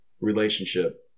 relationship